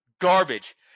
garbage